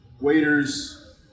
waiters